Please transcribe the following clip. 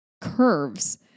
curves